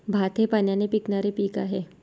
भात हे पाण्याने पिकणारे पीक आहे